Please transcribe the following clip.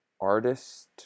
artist